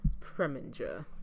Preminger